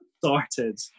started